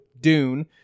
dune